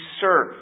serve